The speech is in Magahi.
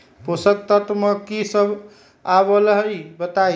पोषक तत्व म की सब आबलई बताई?